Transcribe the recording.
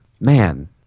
man